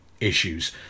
Issues